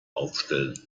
aufstellen